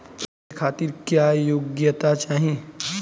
ऋण के खातिर क्या योग्यता चाहीं?